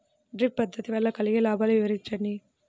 Drip పద్దతి వల్ల కలిగే లాభాలు వివరించండి?